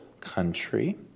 country